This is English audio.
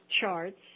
charts